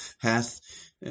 hath